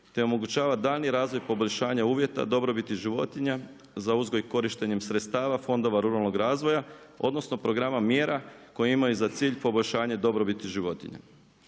te omogućava daljnji razvoj poboljšanja uvjeta dobrobiti životinja za uzgoj korištenjem sredstava fondova ruralnog razvoja, odnosno programa mjera koje imaju za cilj poboljšanje dobrobiti životinja.